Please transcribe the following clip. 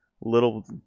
little